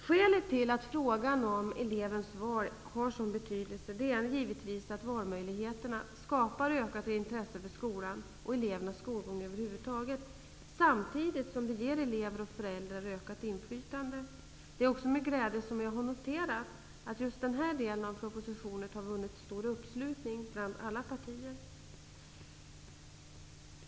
Skälet till att frågan om elevens val har sådan betydelse är givetvis att valmöjligheterna skapar ökat intresse för skolan och elevernas skolgång över huvud taget, samtidigt som det ger elever och föräldrar ökat inflytande. Det är också med glädje som jag har noterat att just denna del av propositionen vunnit stor uppslutning i alla partier.